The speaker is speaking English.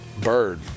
Bird